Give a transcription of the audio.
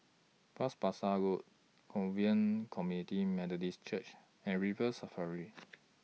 Bras Basah Road Covenant Community Methodist Church and River Safari